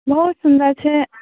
बहुत सुन्दर छै